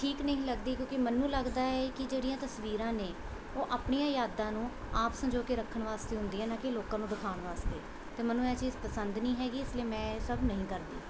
ਠੀਕ ਨਹੀਂ ਲੱਗਦੀ ਕਿਉਂਕਿ ਮੈਨੂੰ ਲੱਗਦਾ ਹੈ ਕਿ ਜਿਹੜੀਆਂ ਤਸਵੀਰਾਂ ਨੇ ਉਹ ਆਪਣੀਆਂ ਯਾਦਾਂ ਨੂੰ ਆਪ ਸੰਜੋਅ ਕੇ ਰੱਖਣ ਵਾਸਤੇ ਹੁੰਦੀਆਂ ਨਾ ਕਿ ਲੋਕਾਂ ਨੂੰ ਦਿਖਾਉਣ ਵਾਸਤੇ ਅਤੇ ਮੈਨੂੰ ਇਹ ਚੀਜ਼ ਪਸੰਦ ਨਹੀਂ ਹੈਗੀ ਇਸ ਲਈ ਮੈਂ ਇਹ ਸਭ ਨਹੀਂ ਕਰਦੀ